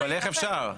איך אפשר?